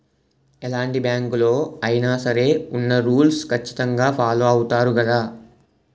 ఎలాంటి బ్యాంకులలో అయినా సరే ఉన్న రూల్స్ ఖచ్చితంగా ఫాలో అవుతారు గదా